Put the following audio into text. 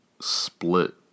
split